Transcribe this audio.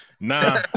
Nah